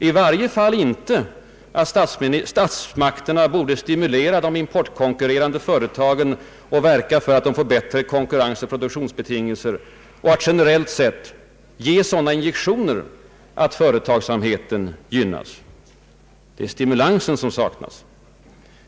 I varje fall inte att statsmakterna borde stimulera de importkonkurrerande företagen, verka för att de får förbättrade konkurrensoch produktionsbetingelser och generellt sett ge sådana injektioner att företagsamheten gynnas. Det är stimulansen som saknas.